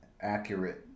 accurate